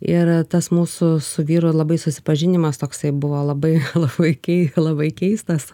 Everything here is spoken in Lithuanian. ir tas mūsų su vyru labai susipažinimas toksai buvo labai labai kei labai keistas